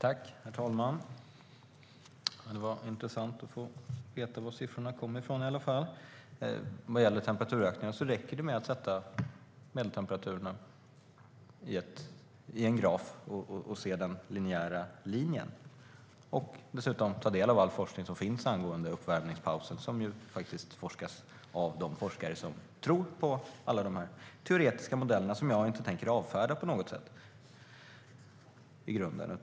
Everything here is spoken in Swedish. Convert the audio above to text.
Herr talman! Det var intressant att få veta varifrån siffrorna kom, i alla fall. Vad gäller temperaturökningen räcker det med att sätta medeltemperaturerna i en graf och se den linjära linjen och dessutom ta del av all forskning som finns angående uppvärmningspausen. Det är faktiskt forskare som tror på alla de här teoretiska modellerna som forskar om detta. Jag tänker inte avfärda de modellerna på något sätt.